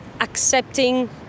accepting